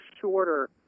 shorter